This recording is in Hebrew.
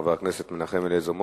חבר הכנסת מנחם אליעזר מוזס.